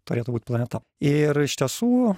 turėtų būt planeta ir iš tiesų